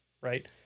right